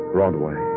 Broadway